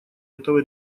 этого